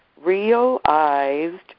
realized